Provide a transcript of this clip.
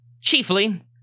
chiefly